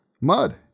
mud